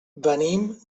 venim